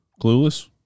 Clueless